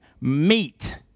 meet